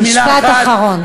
משפט אחרון.